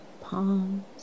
palms